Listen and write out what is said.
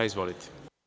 Izvolite.